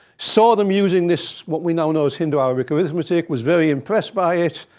saw them using this, what we now know as hindu arabic arithmetic, was very impressed by it.